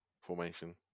formation